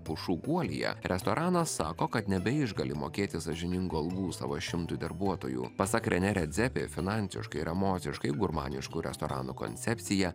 pušų guolyje restoranas sako kad nebeišgali mokėti sąžiningų algų savo šimtui darbuotojų pasak renė redzepi finansiškai ir emociškai gurmaniškų restoranų koncepcija